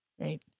Right